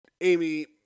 Amy